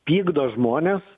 pykdo žmones